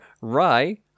Rye